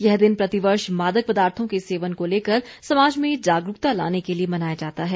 यह दिन प्रतिवर्ष मादक पदार्थो के सेवन को लेकर समाज में जागरूकता लाने के लिए मनाया जाता है